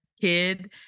kid